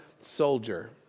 soldier